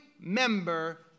member